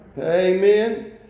Amen